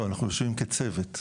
לא, אנחנו יושבים כצוות.